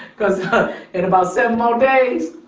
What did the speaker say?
cause in about seven more days,